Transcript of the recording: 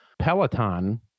Peloton